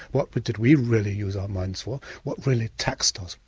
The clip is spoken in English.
what but did we really use our minds for? what really taxed us?